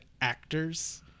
actors